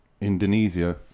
Indonesia